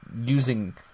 using